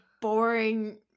boring